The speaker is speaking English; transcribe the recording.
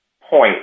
point